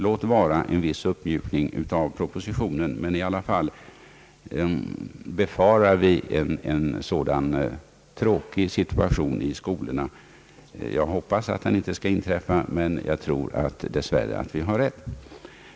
Det har skett en viss uppmjukning av propositionens förslag, men vi befarar att det blir en sådan tråkig situation i skolorna. Jag hoppas att det inte skall inträffa, men jag tror dess värre att vi har rätt.